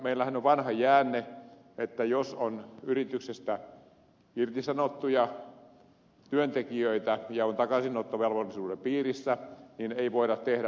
meillähän on vanha jäänne että jos on yrityksestä irtisanottuja työntekijöitä ja on takaisinottovelvollisuuden piirissä niin ei voida tehdä oppisopimuskoulutusta